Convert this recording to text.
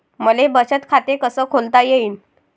मले बचत खाते कसं खोलता येईन?